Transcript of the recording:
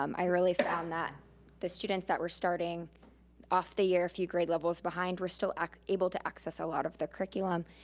um i really found that the students that were starting off the year a few grade levels behind were still able to access a lot of the curriculum.